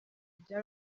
bya